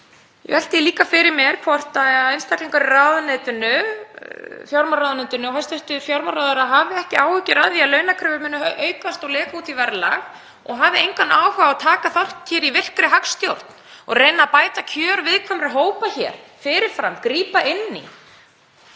Ég velti því líka fyrir mér hvort einstaklingar í fjármálaráðuneytinu og hæstv. fjármálaráðherra hafi ekki áhyggjur af því að launakröfur muni aukast og leka út í verðlag og hafi engan áhuga á að taka þátt í virkri hagstjórn og reyna að bæta kjör viðkvæmra hópa hér fyrir fram, grípa inn í.